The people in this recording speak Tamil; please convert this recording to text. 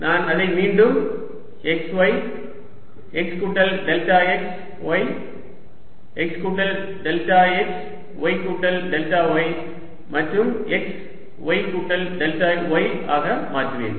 நான் அதை மீண்டும் x y x கூட்டல் டெல்டா x y x கூட்டல் டெல்டா x y கூட்டல் டெல்டா y மற்றும் x y கூட்டல் டெல்டா y ஆக மாற்றுவேன்